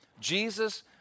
Jesus